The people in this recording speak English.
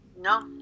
No